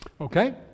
okay